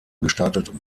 gestartet